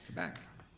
back.